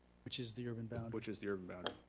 which is the urban boundary. which is the urban boundary.